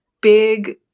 big